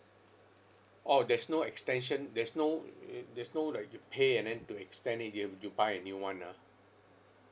orh there's no extension there's no ye~ there's no like you pay and then to extend it you have to buy new [one] ah